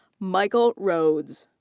michael rhodes.